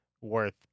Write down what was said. worth